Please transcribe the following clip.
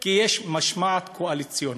כי יש משמעת קואליציונית.